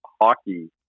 hockey